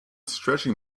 stretching